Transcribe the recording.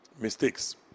mistakes